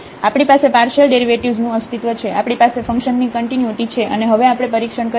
તેથી આપણી પાસે પાર્શિયલ ડેરિવેટિવ્ઝનું અસ્તિત્વ છે આપણી પાસે ફંક્શનની કન્ટિન્યુટી છે અને હવે આપણે પરીક્ષણ કરીશું